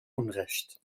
unrecht